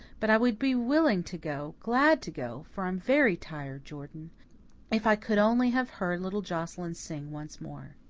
but i would be willing to go glad to go, for i'm very tired, jordan if i could only have heard little joscelyn sing once more.